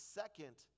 second